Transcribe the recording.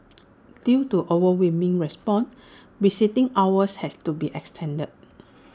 due to overwhelming response visiting hours had to be extended